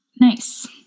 Nice